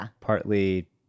partly